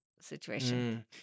situation